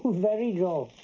very droll.